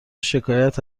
شکایت